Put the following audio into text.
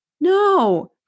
no